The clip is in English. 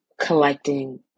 collecting